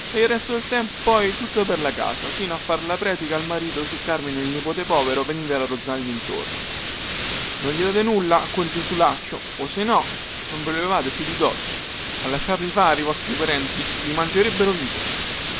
e il resto del tempo poi tutta per la casa sino a far la predica al marito se carmine il nipote povero veniva a ronzargli intorno non gli date nulla a quel disutilaccio o se no non ve lo levate più di dosso a lasciarli fare i vostri parenti vi mangerebbero vivo